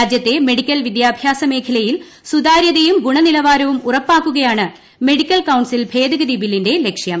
രാജൃത്തെ മെഡിക്കൽ വിദ്യാ്ഭ്യാസ് മേഖലയിൽ സുതാര്യതയും ഗുണനിലവാരവും ഉറപ്പാക്കുകയാണ് മെഡിക്കൽ കൌൺസിൽ ഭേദഗതി ബില്ലിന്റെ ലക്ഷ്യം